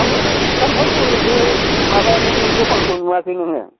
आं बै सामफागुरि बे माबानि दखानखौ नुवाखै नोङो